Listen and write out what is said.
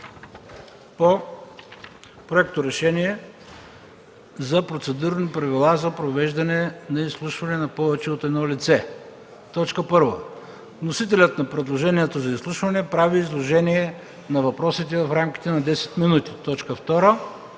по „Проект за решение за процедурни правила за провеждане на изслушване на повече от едно лице. 1. Вносителят на предложението за изслушване прави изложение на въпросите в рамките на 10 минути. 2.